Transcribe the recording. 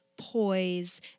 poise